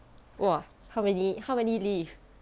!wah! how many how many lift